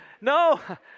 no